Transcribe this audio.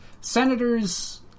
Senators